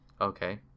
okay